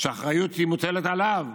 שהאחריות מוטלת עליו,